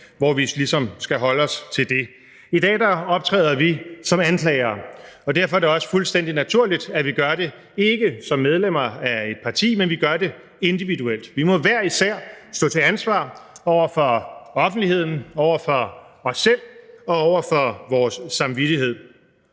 det, vi ellers skal holde os til. I dag optræder vi som anklagere, og derfor er det også fuldstændig naturligt, at vi ikke gør det som medlemmer af et parti, men individuelt. Vi må hver især stå til ansvar over for offentligheden, over for os selv og over for vores samvittighed.